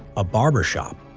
a barbershop,